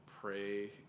pray